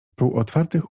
półotwartych